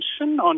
on